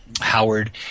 Howard